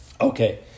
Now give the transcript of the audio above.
Okay